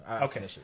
Okay